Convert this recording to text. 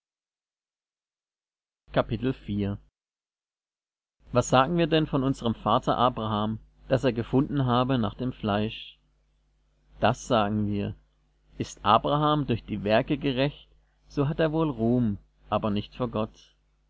was sagen wir denn von unserm vater abraham daß er gefunden habe nach dem fleisch das sagen wir ist abraham durch die werke gerecht so hat er wohl ruhm aber nicht vor gott